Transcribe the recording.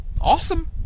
awesome